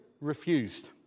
refused